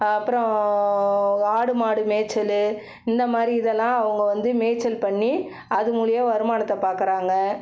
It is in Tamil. அப்புறம் ஆடு மாடு மேய்ச்சலு இந்த மாதிரி இதெல்லாம் அவங்க வந்து மேய்ச்சல் பண்ணி அது மூலயம் வருமானத்தை பார்க்குறாங்க